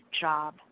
job